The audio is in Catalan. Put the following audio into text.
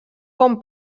com